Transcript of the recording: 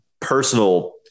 personal